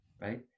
right